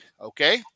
okay